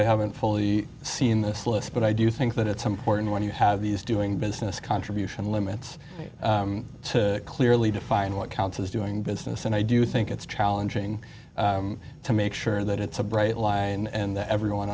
i haven't fully seen this list but i do think that it's important when you have these doing business contribution limits to clearly define what counts as doing business and i do think it's challenging to make sure that it's a